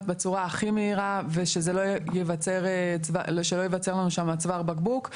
בצורה הכי מהירה ושלא ייווצר לנו שם צוואר בקבוק.